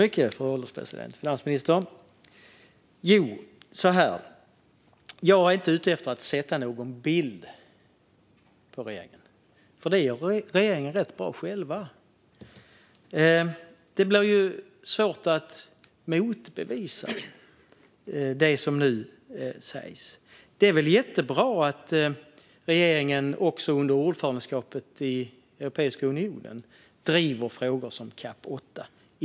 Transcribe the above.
Fru ålderspresident! Jag är inte ute efter att måla upp någon bild av regeringen, för det gör regeringen rätt bra själv. Det blir svårt att motbevisa det som nu sagts. Det är väl jättebra att regeringen också under ordförandeskapet i Europeiska unionen driver frågor som DAC 8.